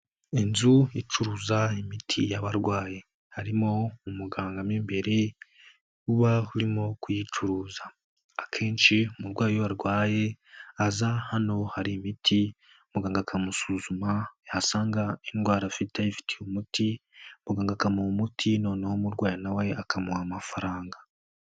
Inzu icuruza imiti y'abarwayi harimo umuganga w'imbere, uba urimo kuyicuruza. Akenshi umurwayi arwaye, aza hano hari imiti muganga akamusuzuma yasanga indwara afite ifitiye umuti, Muganga akamaha umuti noneho umurwayi nawe akamuha amafaranga.